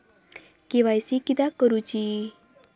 KYC किदयाक करूची?